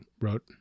wrote